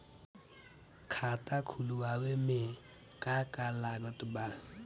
खाता खुलावे मे का का लागत बा?